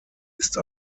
ist